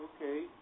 okay